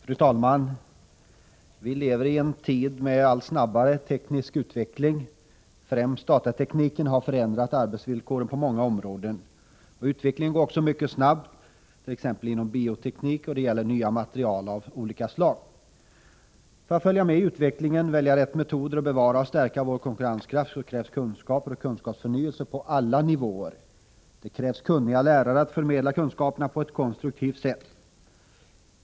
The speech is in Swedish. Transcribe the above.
Fru talman! Vi lever i en tid med allt snabbare teknisk utveckling. Främst datatekniken har förändrat arbetsvillkoren på många områden. Utvecklingen går också mycket snabbt inom t.ex. bioteknik och när det gäller nya material av olika slag. För att följa med i utvecklingen, välja rätt metoder och bevara och stärka vår konkurrenskraft krävs kunskaper och kunskapsförnyelse på alla nivåer. Det krävs kunniga lärare att förmedla kunskaperna på ett konstruktivt sätt.